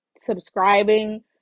subscribing